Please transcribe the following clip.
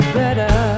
better